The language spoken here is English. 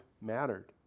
mattered